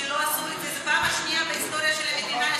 זו הפעם השנייה בהיסטוריה של המדינה,